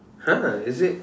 !huh! is it